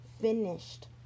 finished